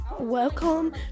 Welcome